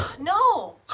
No